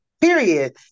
Period